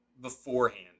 beforehand